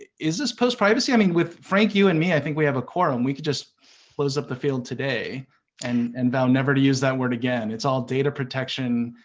is this post privacy? i mean, with frank, you, and me, i think we have a quorum. we could just close up the field today and and vow never to use that word again. it's all data protection,